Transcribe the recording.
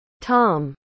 tom